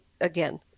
again